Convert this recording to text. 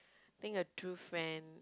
think a true friend